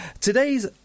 Today's